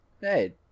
Hey